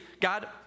God